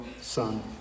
Son